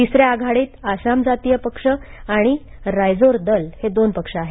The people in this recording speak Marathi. तिसऱ्या आघाडीत असाम जातीय पार्टी आणि रायजोर दल हे दोन पक्ष आहेत